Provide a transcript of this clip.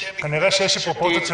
בשם יש עתיד,